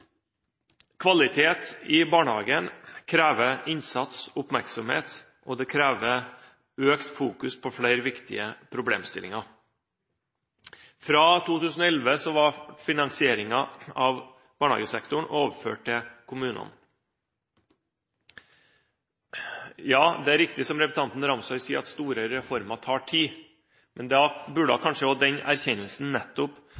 Kvalitet i barnehagen krever innsats, oppmerksomhet og økt fokus på flere viktige problemstillinger. Fra 2011 ble finansieringen av barnehagesektoren overført til kommunene. Det er riktig som representanten Ramsøy sa, at store reformer tar tid. Da burde man kanskje også erkjenne at nettopp